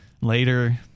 later